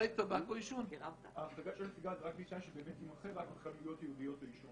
רק בתנאי שנמכר בחנויות ייעודיות לעישון.